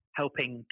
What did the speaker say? helping